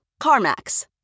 CarMax